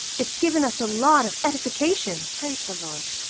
it's given us a lot of edification! praise the lord!